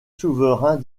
souverains